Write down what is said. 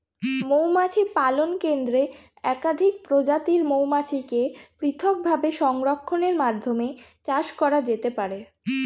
মৌমাছি পালন কেন্দ্রে একাধিক প্রজাতির মৌমাছিকে পৃথকভাবে সংরক্ষণের মাধ্যমে চাষ করা যেতে পারে